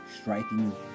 striking